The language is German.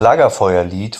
lagerfeuerlied